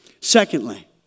Secondly